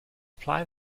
apply